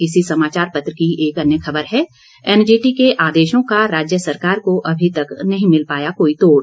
इसी समाचार पत्र की एक अन्य खबर है एनजीटी के आदेशों का राज्य सरकार को अभी तक नहीं मिल पाया कोई तोड़